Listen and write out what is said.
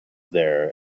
there